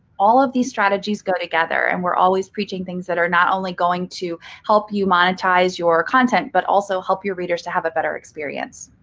all of these strategies go together. and we're always preaching things that are not only going to help you monetize your content, but also help your readers to have a better experience.